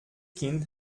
kind